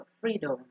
freedom